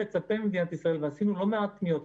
פנינו לא מעט בהקשר הזה,